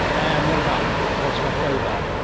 and what about what's left over?